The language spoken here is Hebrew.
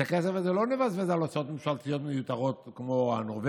את הכסף הזה לא נבזבז על הוצאות ממשלתיות מיותרות" כמו הנורבגי,